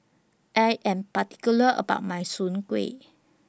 I Am particular about My Soon Kueh